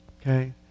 okay